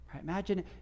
Imagine